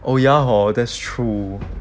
oh ya hor that's true